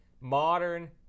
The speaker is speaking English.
modern